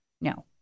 No